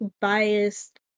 biased